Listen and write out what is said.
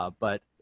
ah but